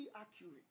accurate